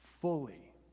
fully